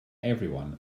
everyone